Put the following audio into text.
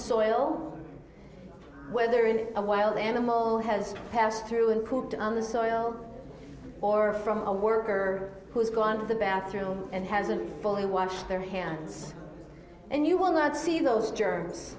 soil whether in a wild animal has passed through and cooked on the soil or from a worker who's gone to the bathroom and hasn't fully washed their hands and you will not see those germs